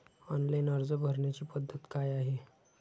Online अर्ज भरण्याची पद्धत काय आहे?